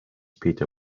peter